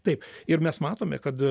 taip ir mes matome kad